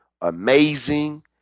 amazing